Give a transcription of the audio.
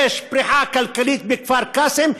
יש פריחה כלכלית בכפר קאסם,